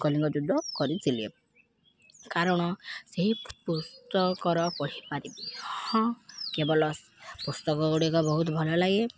କଲିଙ୍ଗ ଯୁଦ୍ଧ କରିଥିଲେ କାରଣ ସେହି ପୁସ୍ତକର ପଢ଼ିପାରିବି ହଁ କେବଲ ପୁସ୍ତକଗୁଡ଼ିକ ବହୁତ ଭଲ ଲାଗେ